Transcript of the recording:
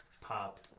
pop